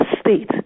state